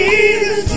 Jesus